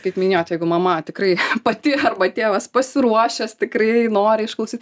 kaip minėjot jeigu mama tikrai pati arba tėvas pasiruošęs tikrai nori išklausyt